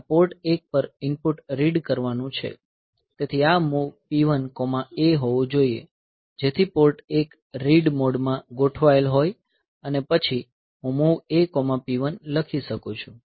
આ પોર્ટ 1 પર input read કરવાનું છે તેથી આ MOV P1A હોવું જોઈએ જેથી પોર્ટ 1 રીડ મોડ માં ગોઠવાયેલ હોય અને પછી હું MOV AP1 લખી શકું છું